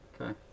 okay